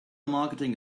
marketing